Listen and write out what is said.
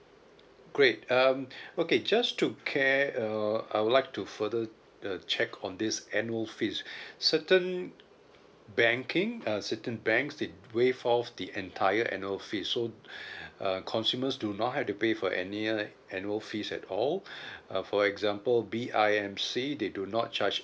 great um okay just to care uh I would like to further uh check on this annual fees certain banking uh certain banks they waive off the entire annual fee so err consumers do not have to pay for any like annual fees at all uh for example B_I_M_C they do not charge